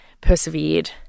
persevered